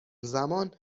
زمان